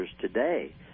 today